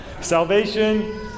salvation